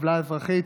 עוולה אזרחית